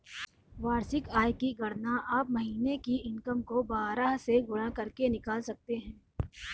वार्षिक आय की गणना आप महीने की इनकम को बारह से गुणा करके निकाल सकते है